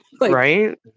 Right